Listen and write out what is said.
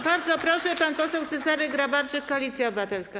Bardzo proszę, pan poseł Cezary Grabarczyk, Koalicja Obywatelska.